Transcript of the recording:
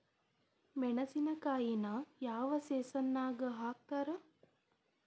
ಮೆಣಸಿನಕಾಯಿನ ಯಾವ ಸೇಸನ್ ನಾಗ್ ಹಾಕ್ತಾರ?